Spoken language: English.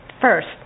First